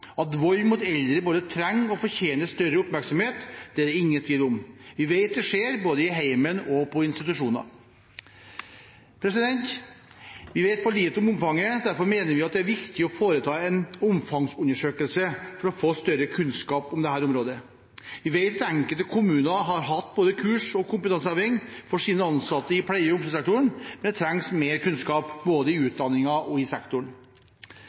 At vold mot eldre både trenger og fortjener større oppmerksomhet, er det ingen tvil om. Vi vet det skjer, både i hjemmet og på institusjoner. Vi vet for lite om omfanget. Derfor mener vi det er viktig å foreta en omfangsundersøkelse, for å få større kunnskap om dette området. Vi vet at enkelte kommuner har hatt både kurs og kompetanseheving for sine ansatte i pleie- og omsorgssektoren, men det trengs mer kunnskap, både i utdanningen og i sektoren.